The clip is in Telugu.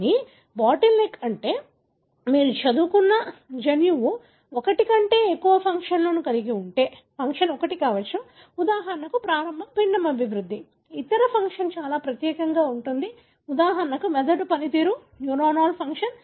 కానీ బాటిల్ నెక్ అంటే మీరు చదువుతున్న జన్యువు ఒకటి కంటే ఎక్కువ ఫంక్షన్లను కలిగి ఉంటే ఫంక్షన్ ఒకటి కావచ్చు ఉదాహరణకు ప్రారంభ పిండం అభివృద్ధి ఇతర ఫంక్షన్ చాలా ప్రత్యేకంగా ఉంటుంది ఉదాహరణకు మెదడు పనితీరు న్యూరానల్ ఫంక్షన్